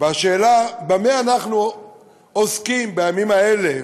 בשאלה במה אנחנו עוסקים בימים האלה,